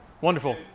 Wonderful